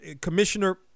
Commissioner